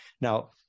Now